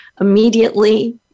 immediately